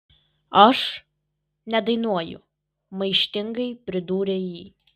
aš nedainuoju maištingai pridūrė ji